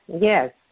Yes